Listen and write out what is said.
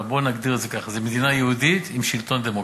אבל בוא ונגדיר את זה ככה: זו מדינה יהודית עם שלטון דמוקרטי,